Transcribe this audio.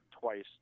twice